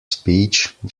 speech